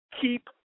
keep